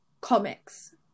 comics